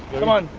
come on,